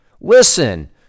Listen